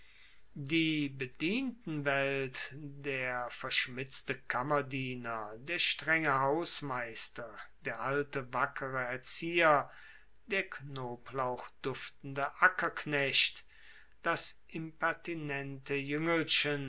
die bedientenwelt der verschmitzte kammerdiener der strenge hausmeister der alte wackere erzieher der knoblauchduftende ackerknecht das impertinente